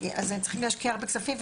צריך להשקיע הרבה כספים.